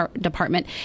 department